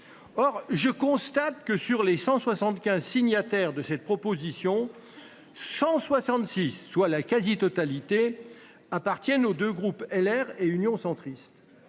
Or je constate que sur les 175 signataires de cette proposition. 166. Soit la quasi-totalité appartiennent aux 2 groupes LR et Union centriste.